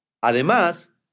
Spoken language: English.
Además